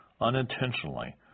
unintentionally